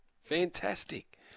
Fantastic